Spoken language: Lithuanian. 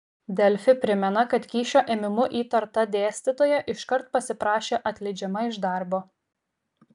delfi primena kad kyšio ėmimu įtarta dėstytoja iškart pasiprašė atleidžiama iš darbo